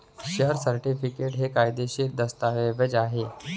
share certificate हे कायदेशीर दस्तऐवज आहे